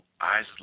eyes